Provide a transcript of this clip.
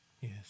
Yes